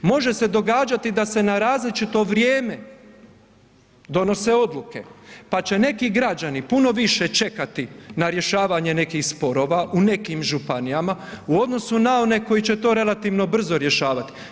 Može se događati da se na različito vrijeme donose odluke pa će neki građani puno više čekati na rješavanje nekih sporova u nekim županijama u odnosu na one koji će to relativno brzo rješavati.